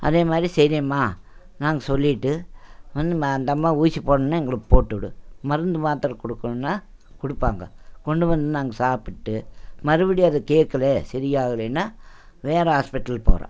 அதேமாதிரி சரியம்மா நாங்கள் சொல்லிட்டு வந்து அந்தம்மா ஊசி போடுணும்னா எங்களுக்கு போட்டு விடும் மருந்து மாத்திர கொடுக்கணுன்னா கொடுப்பாங்க கொண்டு வந்து நாங்கள் சாப்பிட்டு மறுபடியும் அது கேக்கலே சரி ஆகலேனா வேற ஆஸ்பெட்டல் போகிறோம்